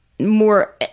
more